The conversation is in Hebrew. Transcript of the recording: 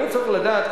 אני צריך לדעת,